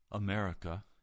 America